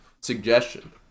suggestion